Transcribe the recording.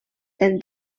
than